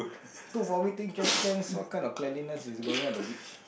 two vomiting trash cans what kind of cleanliness is going on at the beach